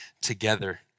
together